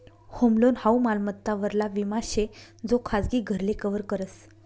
home loan हाऊ मालमत्ता वरला विमा शे जो खाजगी घरले कव्हर करस